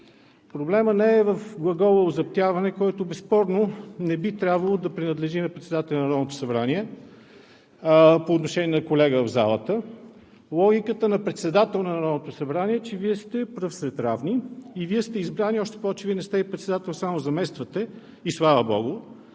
Проблемът не е в глагола „озаптяване“, който безспорно не би трябвало да принадлежи на председателя на Народното събрание по отношение на колега в залата. Логиката на председател на Народното събрание е, че Вие сте пръв сред равни и Вие сте избрани… Още повече Вие не сте и председател, само замествате, и слава богу,